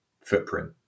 footprint